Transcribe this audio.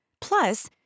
Plus